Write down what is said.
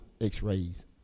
x-rays